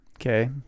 okay